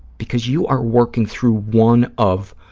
because you are working through one of